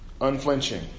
Unflinching